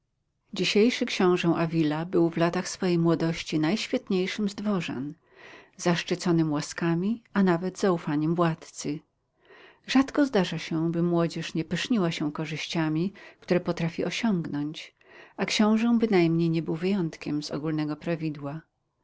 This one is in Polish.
dzisiejszy książę avila był w latach swojej młodości najświetniejszym z dworzan zaszczyconym łaskami a nawet zaufaniem władcy rzadko zdarza się by młodzież nie pyszniła się korzyściami które potrafi osiągnąć a książę bynajmniej nie był wyjątkiem z ogólnego prawidła